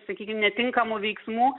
sakykim netinkamų veiksmų